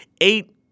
eight